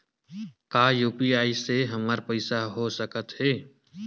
का यू.पी.आई से हमर पईसा हो सकत हे?